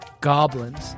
goblins